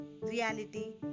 reality